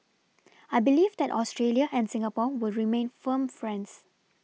I believe that Australia and Singapore will remain firm friends